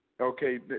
Okay